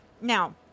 Now